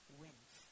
wins